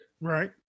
right